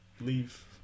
leave